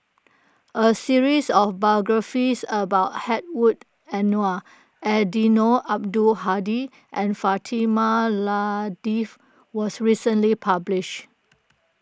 a series of biographies about Hedwig Anuar Eddino Abdul Hadi and Fatimah Lateef was recently published